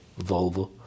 Volvo